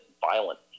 violent